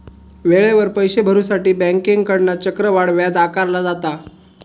वेळेवर पैशे भरुसाठी बँकेकडना चक्रवाढ व्याज आकारला जाता